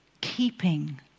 keeping